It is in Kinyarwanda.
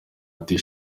ati